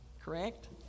correct